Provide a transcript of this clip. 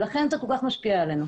לכן זה כל כך משפיע עלינו.